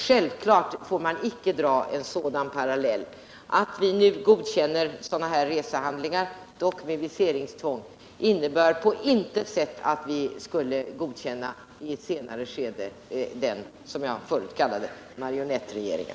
Självfallet får man icke dra en sådan parallell att det förhållandet att vi nu godkänner sådana här resehandlingar, dock med viseringstvång, på något sätt skulle innebära att vi i ett senare skede skulle godkänna den turkcypriotiska marionettregeringen.